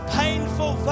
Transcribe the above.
painful